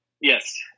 Yes